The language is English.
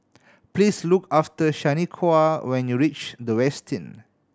please look after Shaniqua when you reach The Westin